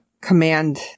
command